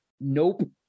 Nope